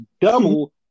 double